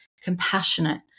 compassionate